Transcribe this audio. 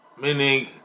meaning